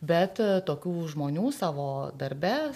bet tokių žmonių savo darbe